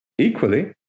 Equally